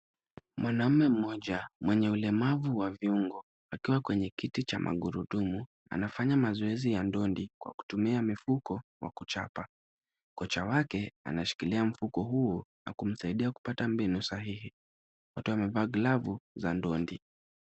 Mwanaume mmoja mwenye ulemavu wa viungo akiwa kwenye kiti cha magurudumu anafanya mazoezi ya ndondi kwa kutumia mifuko ya kuchapa, kocha wake anashikilia mfuko huo na kumsaidia kupata mbinu sahihi wote wamevaa glavu za ndondi.